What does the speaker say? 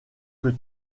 que